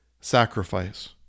sacrifice